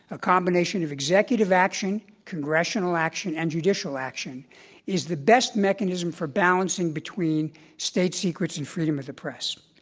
a combination of executive action, congressional action and judicial action is the best mechanism for balancing between state secrets and freedom of the press.